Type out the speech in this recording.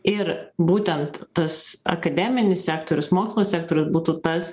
ir būtent tas akademinis sektorius mokslo sektorius būtų tas